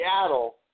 Seattle